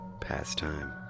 pastime